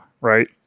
right